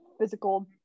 physical